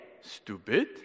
Stupid